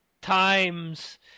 times